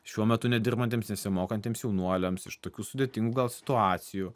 šiuo metu nedirbantiems nesimokantiems jaunuoliams iš tokių sudėtingų gal situacijų